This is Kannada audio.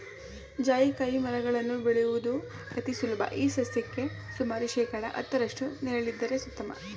ಜಾಯಿಕಾಯಿ ಮರಗಳನ್ನು ಬೆಳೆಯುವುದು ಅತಿ ಸುಲಭ ಈ ಸಸ್ಯಕ್ಕೆ ಸುಮಾರು ಶೇಕಡಾ ಹತ್ತರಷ್ಟು ನೆರಳಿದ್ದರೆ ಉತ್ತಮ